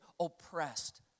oppressed